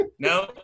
No